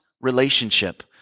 relationship